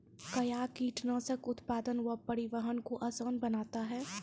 कया कीटनासक उत्पादन व परिवहन को आसान बनता हैं?